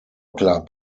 club